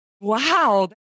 Wow